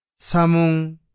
Samung